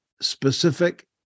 specific